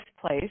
place